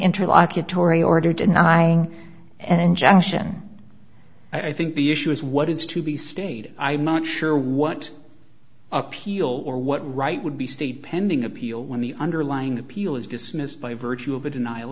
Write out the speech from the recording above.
interlocutory order denying an injunction i think the issue is what is to be stated i'm not sure what appeal or what right would be stayed pending appeal when the underlying appeal is dismissed by virtue of a denial